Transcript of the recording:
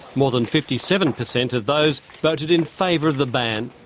more than fifty seven percent of those voted in favour of the ban.